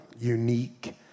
unique